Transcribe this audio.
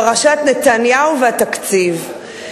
פרשת נתניהו והתקציב.